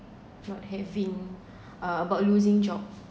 not having uh about losing job